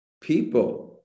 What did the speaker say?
people